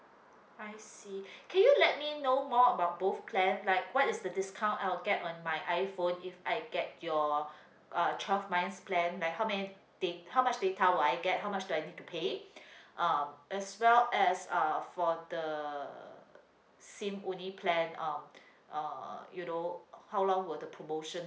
I see can you let me know more about both plan like what is the discount I'll get on my iphone if I get your uh twelve months plan like how many da~ how much data will I get how much do I need to pay um as well as uh for the SIM only plan um uh you know how long will the promotion